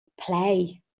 play